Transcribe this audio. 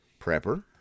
Prepper